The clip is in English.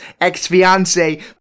ex-fiance